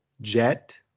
jet